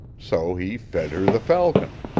so he fed her the falcon.